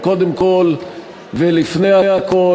וקודם כול ולפני הכול,